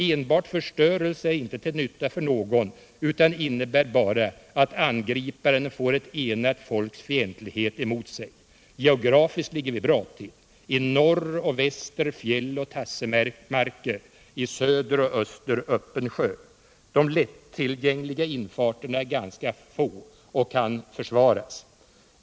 Enbart förstörelse är inte till nytta för någon utan innebär bara att angriparen får ett enat folks fientlighet emot sig. Geografiskt ligger vi bra till. I norr och väster fjäll och tassemarker, i söder och öster öppen sjö. De lättillgängliga infarterna är ganska få och kan försvaras.